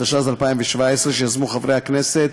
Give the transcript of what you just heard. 52), התשע"ז 2017, שיזמנו חברי הכנסת